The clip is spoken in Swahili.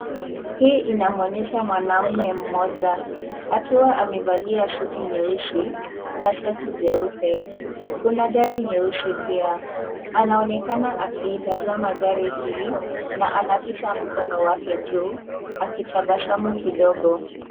Hii inamwonyesha mwanamme mmoja akiwa amevalia suti nyeusi na shati jeupe, kuna gari nyeusi pia. Anaonekana akiitazama gari hii na anapita mkono wake juu akitabasamu kidogo.